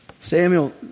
Samuel